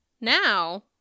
Now